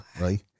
right